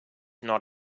not